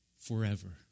forever